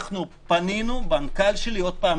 אנחנו פנינו שוב,